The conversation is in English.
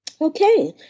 Okay